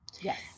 Yes